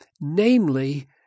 namely